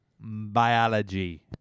biology